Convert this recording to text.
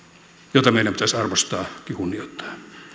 jota meidän pitäisi arvostaa ja kunnioittaa